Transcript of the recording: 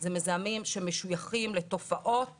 אלה מזהמים שמשויכים לתופעות